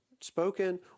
spoken